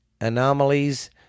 anomalies